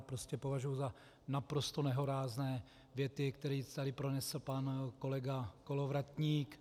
Prostě považuji za naprosto nehorázné věty, které tady pronesl pan kolega Kolovratník.